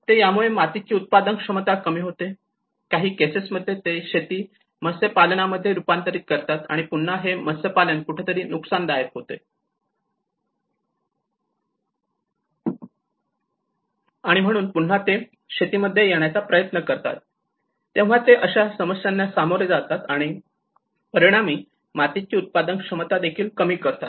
ते यामुळे मातीची उत्पादनक्षमता कमी होते काही केसेस मध्ये ते शेती मत्स्यपालनामध्ये रुपांतरीत करतात आणि पुन्हा हे मत्स्यपालन कुठेतरी नुकसानदायक होते आणि म्हणून पुन्हा ते शेतीमध्ये येण्याचा प्रयत्न करतात तेव्हा ते अशा समस्यांना सामोरे जातात आणि परिणामी मातीची उत्पादन क्षमता देखील कमी करतात